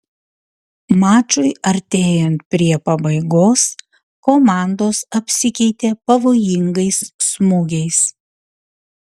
mačui artėjant prie pabaigos komandos apsikeitė pavojingais smūgiais